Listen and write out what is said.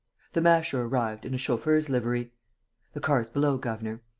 the masher arrived, in a chauffeur's livery the car's below, governor.